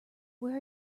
where